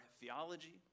theology